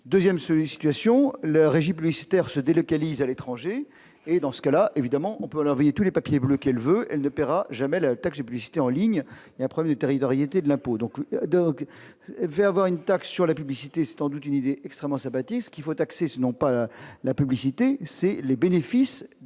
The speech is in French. sujet situation le régie publicitaire se délocalise à l'étranger et dans ce cas-là, évidemment, on peut l'envoyer tous les papiers bleus qu'elle veut, elle ne paiera jamais la taxe publicité en ligne il y a 1er territorialité de l'impôt donc Dog fait avoir une taxe sur la publicité tendu d'une idée extrêmement sympathique, ce qu'il faut taxer ceux non pas la publicité, c'est les bénéfices